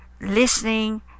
listening